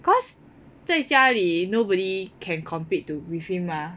cause 在家里 nobody can compete with him mah